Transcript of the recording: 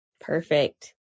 Perfect